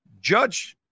Judge